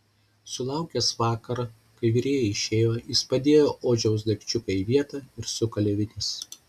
sulaukęs vakaro kai virėja išėjo jis padėjo odžiaus daikčiuką į vietą ir sukalė vinis